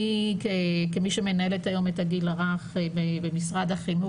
כמי שמנהלת היום את הגיל הרך במשרד החינוך,